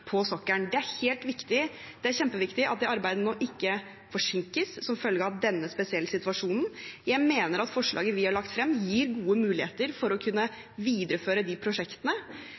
på sokkelen. Det er kjempeviktig at det arbeidet ikke forsinkes som følge av denne spesielle situasjonen. Jeg mener forslaget vi har lagt frem, gir gode muligheter for å kunne videreføre de prosjektene.